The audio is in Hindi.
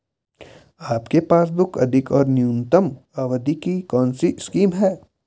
आपके पासबुक अधिक और न्यूनतम अवधि की कौनसी स्कीम है?